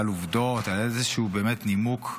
על עובדות, על איזשהו נימוק באמת,